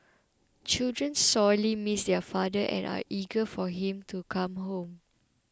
children sorely miss their father and are eager for him to come home